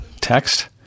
text